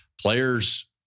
players